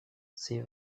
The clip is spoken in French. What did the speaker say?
ses